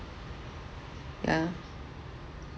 yeah